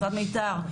משרד מיתר,